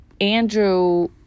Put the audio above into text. Andrew